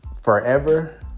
forever